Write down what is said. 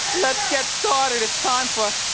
let's get started, it's time for.